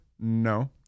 No